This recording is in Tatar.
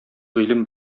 гыйлем